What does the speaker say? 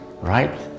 right